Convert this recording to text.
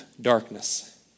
darkness